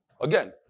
again